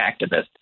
activist